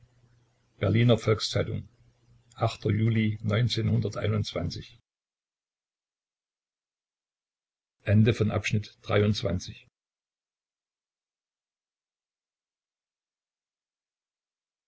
berliner volks-zeitung juli